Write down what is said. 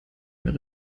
mehr